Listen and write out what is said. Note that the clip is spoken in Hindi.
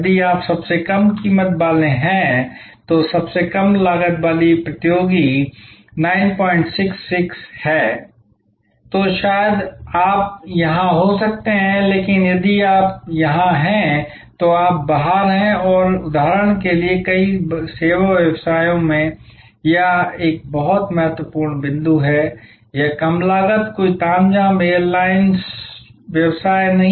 यदि आप सबसे कम कीमत वाले हैं तो सबसे कम लागत वाला प्रतियोगी 966 है तो शायद आप यहां हो सकते हैं लेकिन यदि आप यहां हैं तो आप बाहर हैं और उदाहरण के लिए कई सेवा व्यवसायों में यह एक बहुत महत्वपूर्ण बिंदु है यह कम लागत कोई तामझाम एयरलाइंस व्यवसाय नहीं